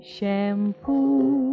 Shampoo